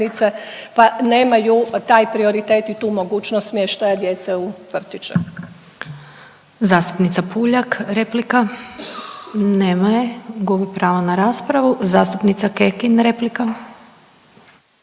pa nemaju taj prioritet i tu mogućnost smještaja djece u vrtiće.